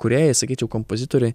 kūrėjai sakyčiau kompozitoriai